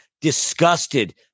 disgusted